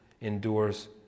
endures